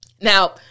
Now